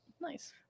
Nice